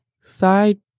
side